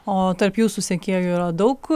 o tarp jūsų sekėjų yra daug